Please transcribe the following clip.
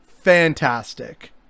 fantastic